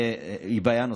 זה בעיה נוספת.